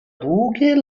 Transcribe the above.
długie